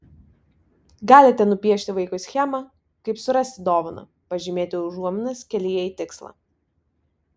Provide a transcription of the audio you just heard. galite nupiešti vaikui schemą kaip surasti dovaną pažymėti užuominas kelyje į tikslą